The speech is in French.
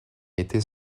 été